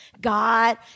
God